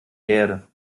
erde